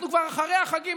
אנחנו כבר אחרי החגים,